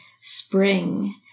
spring